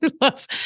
love